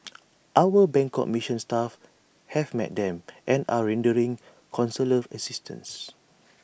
our Bangkok mission staff have met them and are rendering consular assistance